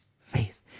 faith